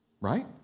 Right